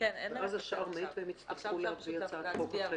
--- והם יצטרכו להביא הצעת חוק אחרת.